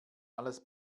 alles